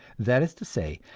that is to say,